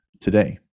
today